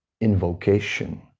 invocation